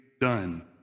done